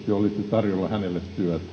tarjolla hänelle